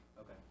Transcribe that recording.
Okay